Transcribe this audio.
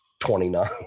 29